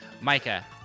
Micah